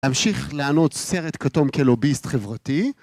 ‫להמשיך לענוד סרט כתום ‫כלוביסט חברתי